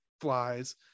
flies